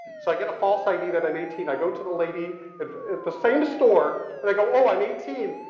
so i get a false i d. that i'm eighteen. i go to the lady at the same store and i go, oh, i'm eighteen.